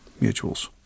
mutuals